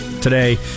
today